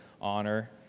honor